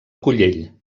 collell